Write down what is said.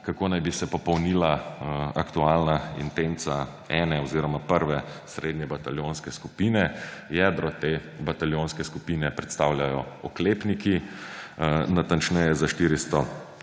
kako naj bi se popolnila aktualna intenca ene oziroma prve srednje bataljonske skupine. Jedro te bataljonske skupine predstavljajo oklepniki, natančneje za 412